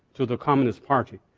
to the communist party.